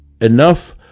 enough